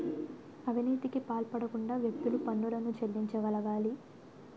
అవినీతికి పాల్పడకుండా వ్యక్తులు పన్నులను చెల్లించగలగాలి